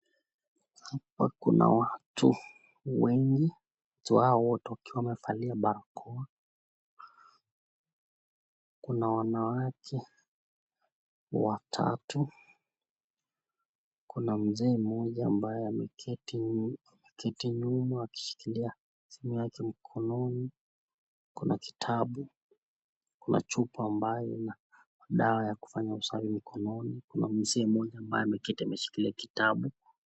Kuna watu wengi. Watu hawa wengi wakiwa wamevalia barakoa. Kuna wanawake watatu, kuna mzee moja ameketi nyuma akishikilia simu yake mkononi. Kuna kitabu, kuna chupa ambayo ina dawa ya kusafi mkononi. Na mzee moja ambaye ameketi ameshikilia kitabu.